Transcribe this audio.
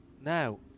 Now